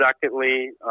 secondly